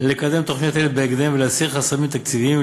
לקדם תוכניות אלה בהקדם ולהסיר חסמים תקציביים,